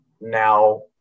now